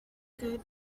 good